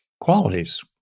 qualities